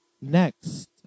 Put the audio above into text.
Next